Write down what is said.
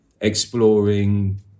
exploring